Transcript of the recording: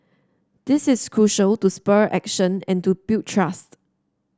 this is crucial to spur action and to build trust